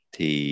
Thì